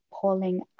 pulling